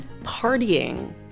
partying